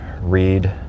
read